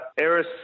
Eris